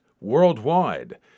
worldwide